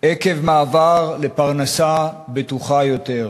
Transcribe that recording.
עקב מעבר לפרנסה בטוחה יותר,